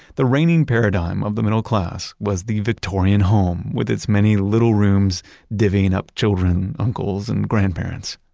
the reigning paradigm of the middle class was the victorian home, with it's many little rooms divvying up children, uncles and grandparents.